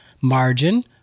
margin